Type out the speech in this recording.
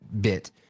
bit